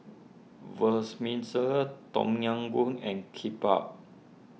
Tom Yam Goong and Kimbap